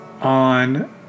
on